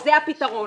וזה הפתרון.